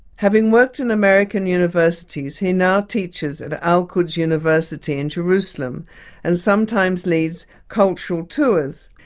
having worked in american universities he now teaches at al quds university in jerusalem and sometimes leads cultural tours.